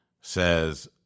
says